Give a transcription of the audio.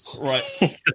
Right